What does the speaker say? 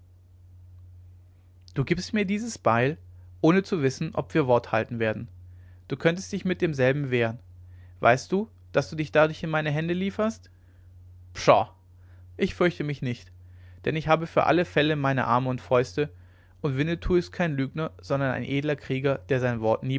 du gibst mir dieses beil ohne zu wissen ob wir dir wort halten werden du könntest dich mit demselben wehren weißt du daß du dich dadurch in meine hände lieferst pshaw ich fürchte mich nicht denn ich habe für alle fälle meine arme und fäuste und winnetou ist kein lügner sondern ein edler krieger der sein wort